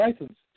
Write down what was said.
license